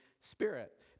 Spirit